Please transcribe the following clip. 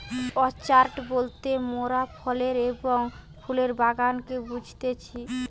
orchard বলতে মোরাফলের এবং ফুলের বাগানকে বুঝতেছি